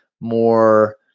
more